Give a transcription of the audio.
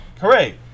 Hooray